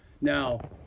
Now